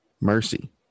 Mercy